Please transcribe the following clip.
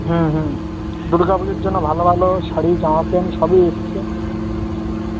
হুম হুম দুর্গা পুজোর জন্য ভালো ভালো শাড়ি জামা প্যান্ট সবই এসছে